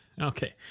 Okay